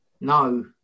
no